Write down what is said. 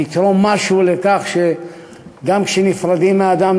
לתרום משהו לכך שגם כשנפרדים מאדם,